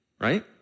Right